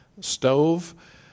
stove